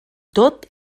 tot